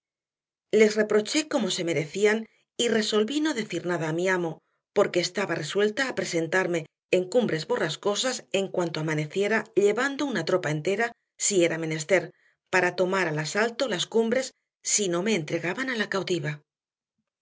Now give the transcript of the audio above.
les reproché como se merecían y resolví no decir nada a mi amo porque estaba resuelta a presentarme en cumbres borrascosas en cuanto amaneciera llevando una tropa entera si era menester para tomar al asalto las cumbres si no me entregaban a la cautiva